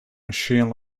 machine